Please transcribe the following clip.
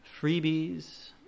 freebies